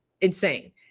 insane